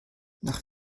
nach